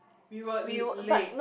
we were late